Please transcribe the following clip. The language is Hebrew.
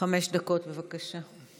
חמש דקות, בבקשה.